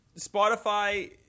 Spotify